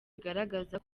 bigaragaza